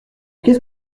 qu’est